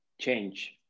change